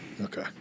Okay